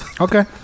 Okay